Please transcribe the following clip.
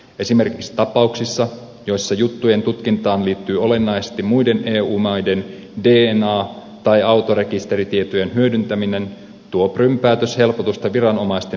esimerkiksi tapauksissa joissa juttujen tutkintaan liittyy olennaisesti muiden eu maiden dna tai autorekisteritietojen hyödyntäminen tuo prum päätös helpotusta viranomaisten byrokratiataakkaan